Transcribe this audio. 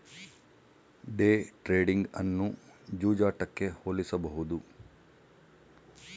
day trading ಅನ್ನು ಜೂಜಾಟಕ್ಕೆ ಹೋಲಿಸಬಹುದು